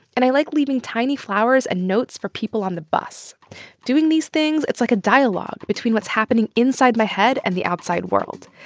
and i like leaving tiny flowers and notes for people on the bus doing these things, it's like a dialogue between what's happening inside my head and the outside world.